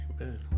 Amen